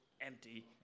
empty